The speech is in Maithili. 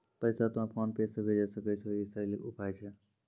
पैसा तोय फोन पे से भैजै सकै छौ? ई सरल उपाय छै?